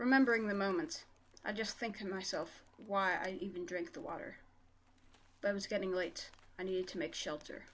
remembering the moment i just think to myself why i even drink the water is getting late i need to make shelter